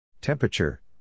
Temperature